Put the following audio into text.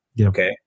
Okay